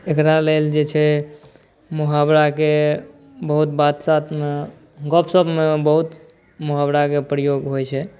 एकरा लेल जे छै मुहावराके बहुत बातशातमे गपशपमे बहुत मुहावराके प्रयोग होइ छै